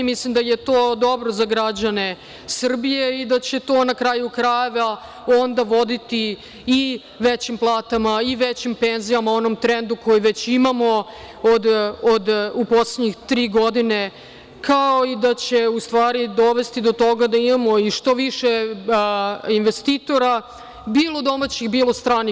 Mislim da je to dobro za građane Srbije i da će to na kraju krajeva onda voditi i većim platama i većim penzijama, onom trendu koji već imamo u poslednjih tri godine, kao i da će u stvari dovesti do toga da imamo i što više investitora, bilo domaćih, bilo stranih.